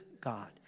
God